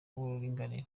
w’uburinganire